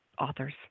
authors